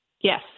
Yes